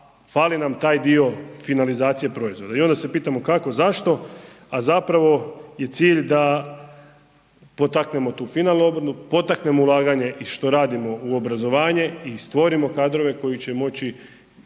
fali nam taj dio finalizacije proizvoda i onda se pitamo kako, zašto, a zapravo je cilj da potaknemo tu finalnu …/nerazumljivo/… potaknemo ulaganje i što radimo u obrazovanje i stvorimo kadrove koji će moći